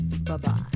Bye-bye